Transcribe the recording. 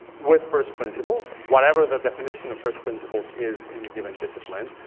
with first principles, whatever the definition of first principles is in a given discipline.